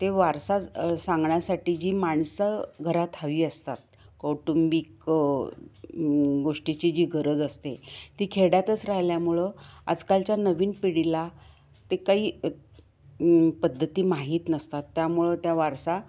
ते वारसा सांगण्यासाठी जी माणसं घरात हवी असतात कौटुंबिक गोष्टीची जी गरज असते ती खेड्यातच राहिल्यामुळं आजकालच्या नवीन पिढीला ते काही पद्धती माहीत नसतात त्यामुळं त्या वारसा